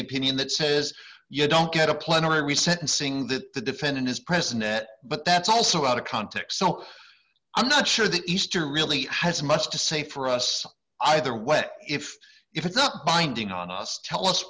the opinion that says you don't get a plenary sentencing that the defendant is present net but that's also out of context so i'm not sure the eastern really has much to say for us either way if it's not binding on us tell us